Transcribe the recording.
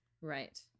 Right